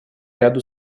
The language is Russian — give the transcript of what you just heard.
ряду